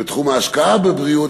בתחום ההשקעה בבריאות,